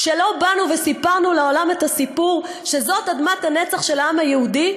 כשלא באנו וסיפרנו לעולם את הסיפור שזאת אדמת הנצח של העם היהודי,